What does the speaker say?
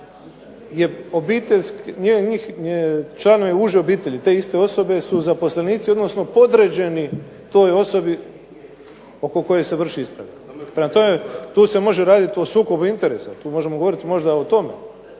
članovi uže obitelji te iste osobe su zaposlenici, odnosno podređeni toj osobi oko koje se vrši istraga. Prema tome tu se može raditi o sukobu interesa, tu možemo govoriti možda o tome,